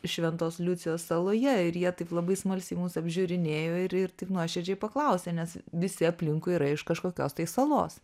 šventos liucijos saloje ir jie taip labai smalsiai mus apžiūrinėjo ir ir taip nuoširdžiai paklausė nes visi aplinkui yra iš kažkokios tai salos